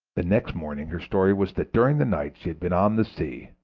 the next morning her story was that during the night she had been on the sea,